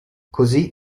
così